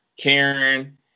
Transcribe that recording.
Karen